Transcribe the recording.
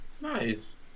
Nice